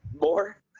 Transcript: more